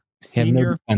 senior